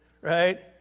right